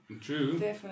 True